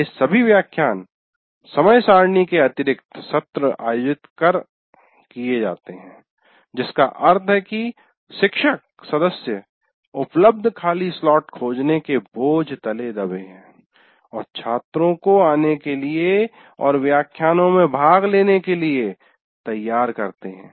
ये सभी व्याख्यान समय सारिणी के अतिरिक्त सत्र आयोजित कर किए जाते हैं जिसका अर्थ है शिक्षक सदस्य उपलब्ध खाली स्लॉट खोजने के बोझ तले दबे हैं और छात्रों को आने के लिए और व्याख्यानों में भाग लेंने के लिए तैयार करते है